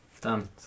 Done